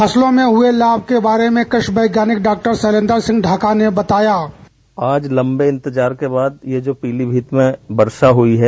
फसलों में हुए लाभ के बारे में कृषि वैज्ञानिक डाक्टर शैलेंद्र सिंह ढाका ने बताया बाइट आज लंबे इंतजार के बाद ये जो पीलीभीत में वर्षा हुई है